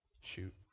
shoot